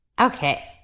Okay